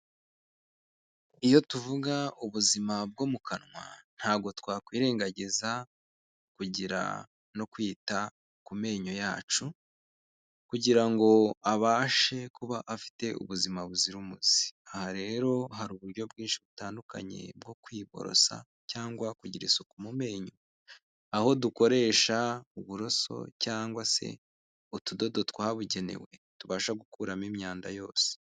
Iyo tuvuga ubuzima bwo mu kanwa, ntabwo twakwirengagiza kugira no kwita ku menyo yacu kugira ngo abashe kuba afite ubuzima buzira umuze, aha rero hari uburyo bwinshi butandukanye bwo kwiborosa cyangwa kugira isuku mu menyo, aho dukoresha uburoso cyangwa se utudodo twabugenewe, tubasha gukuramo imyanda yose.